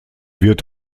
wird